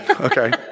Okay